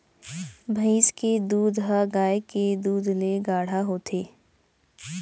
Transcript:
भईंस के दूद ह गाय के दूद ले गाढ़ा होथे